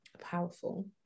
powerful